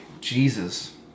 Jesus